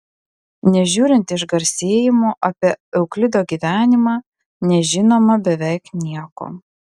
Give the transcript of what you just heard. nežiūrint išgarsėjimo apie euklido gyvenimą nežinoma beveik nieko